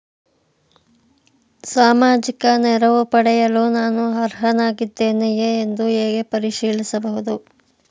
ಸಾಮಾಜಿಕ ನೆರವು ಪಡೆಯಲು ನಾನು ಅರ್ಹನಾಗಿದ್ದೇನೆಯೇ ಎಂದು ಹೇಗೆ ಪರಿಶೀಲಿಸಬಹುದು?